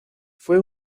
fue